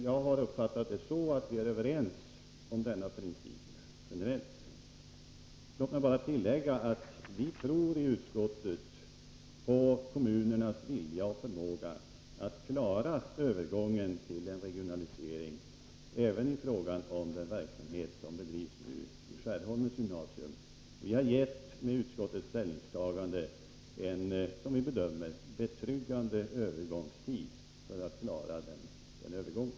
Jag har uppfattat att vi generellt är överens om denna princip. Låt mig bara tillägga att vi i utskottet tror på kommunernas vilja och förmåga att klara övergången till en regionalisering även i fråga om den verksamhet som bedrivs nu vid Skärholmens gymnasium. Som vi bedömer det har vi med utskottets ställningstagande gett en betryggande övergångstid för att klara omställningen.